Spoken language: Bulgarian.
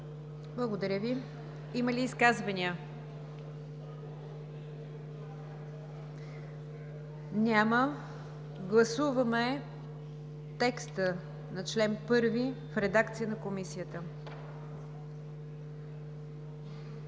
Благодаря Ви. Има ли изказвания? Няма. Гласуваме текста на чл. 1 в редакция на Комисията. Гласували